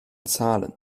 zahlen